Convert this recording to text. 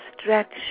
stretch